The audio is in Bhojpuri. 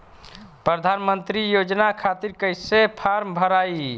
प्रधानमंत्री योजना खातिर कैसे फार्म भराई?